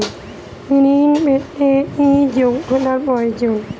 ঋণ পেতে কি যোগ্যতা প্রয়োজন?